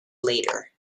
later